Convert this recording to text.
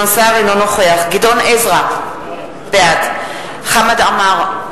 אינו נוכח גדעון עזרא, בעד חמד עמאר,